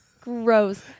gross